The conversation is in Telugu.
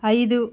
ఐదు